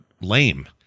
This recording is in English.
lame